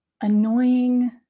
annoying